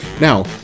Now